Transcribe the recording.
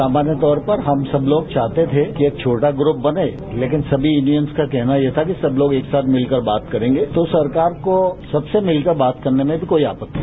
सामान्यतौर पर हम सब लोग चाहते थे कि एक छोटा ग्रुप बने लेकिन सभी यूनियंस का कहना था कि सब लोक एक साथ मिलकर बात करेंगे तो सरकार को सबसे मिलकर बात करने में कोई आपत्ति नहीं है